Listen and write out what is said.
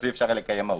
אז אי-אפשר לקיים מהו"ת.